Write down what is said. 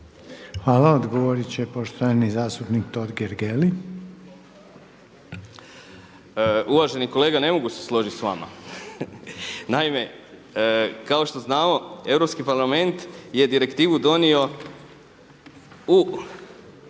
Hvala. Odgovoriti će poštovani zastupnik Totgergeli. **Totgergeli, Miro (HDZ)** Uvaženi kolega ne mogu se složiti s vama. Naime, kao što znamo Europski parlament je direktivu donio u